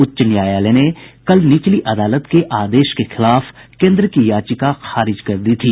उच्च न्यायालय ने कल निचली अदालत के आदेश के खिलाफ केन्द्र की याचिका खारिज कर दी थी